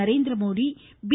Narendra Modi B